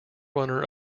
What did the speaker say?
runner